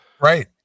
Right